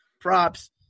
props